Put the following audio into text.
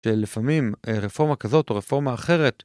ולפעמים א-רפורמה כזאת או רפורמה אחרת,